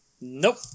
Nope